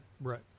Right